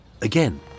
Again